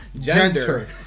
Gender